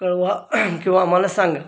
कळवा किंवा आम्हाला सांगा